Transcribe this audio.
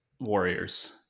Warriors